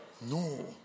no